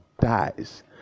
dies